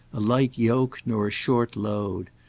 a light yoke nor a short load.